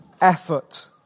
effort